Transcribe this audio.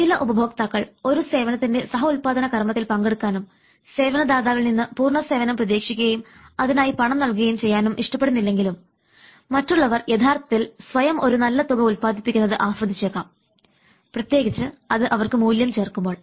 ചില ഉപഭോക്താക്കൾ ഒരു സേവനത്തിൻറെ സഹ ഉൽപാദന കർമ്മത്തിൽ പങ്കെടുക്കാനും സേവന ദാതാവിൽ നിന്ന് പൂർണ സേവനം പ്രതീക്ഷിക്കുകയും അതിനായി പണം നൽകുകയും ചെയ്യാനും ഇഷ്ടപ്പെടുന്നില്ലെങ്കിലും മറ്റുള്ളവർ യഥാർത്ഥത്തിൽ സ്വയം ഒരു നല്ല തുക ഉൽപ്പാദിപ്പിക്കുന്നത് ആസ്വദിച്ചേക്കാം പ്രത്യേകിച്ചും അത് അവർക്ക് മൂല്യം ചേർക്കുമ്പോൾ